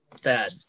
Dad